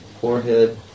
forehead